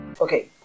Okay